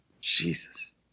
Jesus